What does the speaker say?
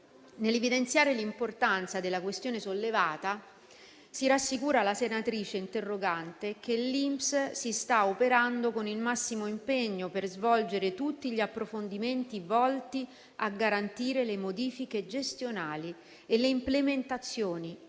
Nell'evidenziare l'importanza della questione sollevata, si rassicura la senatrice interrogante che l'INPS si sta adoperando con il massimo impegno per svolgere tutti gli approfondimenti volti a garantire le modifiche gestionali e le implementazioni